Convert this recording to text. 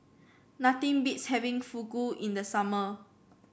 nothing beats having Fugu in the summer